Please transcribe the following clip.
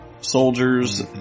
soldiers